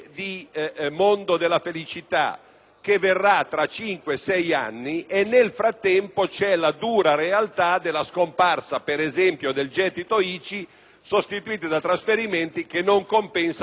che verrà tra cinque o sei anni e, nel frattempo, c'è la dura realtà della scomparsa, per esempio, del gettito ICI, sostituito da trasferimenti che non compensano interamente il gettito stesso,